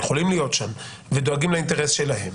יכולים להיות שם ודואגים לאינטרס שלהם,